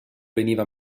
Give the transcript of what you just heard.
veniva